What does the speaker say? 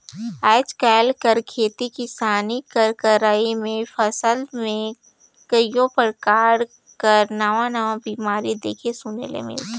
आएज काएल कर खेती किसानी कर करई में फसिल में कइयो परकार कर नावा नावा बेमारी देखे सुने ले मिलथे